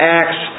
acts